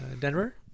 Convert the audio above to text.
Denver